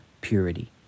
purity